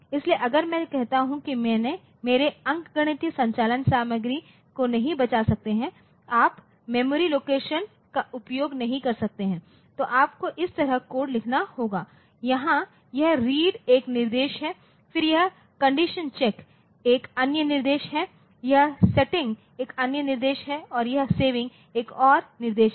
इसलिए अगर मैं कहता हूं कि मेरे अंकगणित संचालन सामग्री को नहीं बचा सकते हैं आप मेमोरी लोकेशन का उपयोग नहीं कर सकते हैं तो आपको इस तरह कोड लिखना होगा जहां यह रीड एक निर्देश है फिर यह कंडीशन चेक एक अन्य निर्देश है यह सेटिंग एक अन्य निर्देश है और यह सेविंग एक और निर्देश है